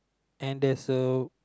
and there's a